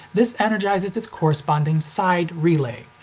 this energizes its corresponding side relay.